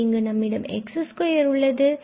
பின்பு இங்கு நம்மிடம் x2 உள்ளது